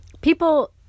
People